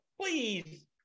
Please